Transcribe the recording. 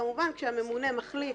וכמובן כשהממונה מחליט